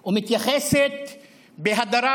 ומתייחסת בהדרה,